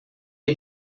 ele